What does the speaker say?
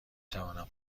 توانم